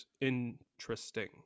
interesting